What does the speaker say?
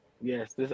Yes